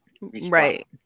Right